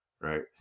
right